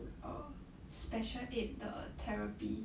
err special aid 的 therapy